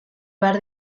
behar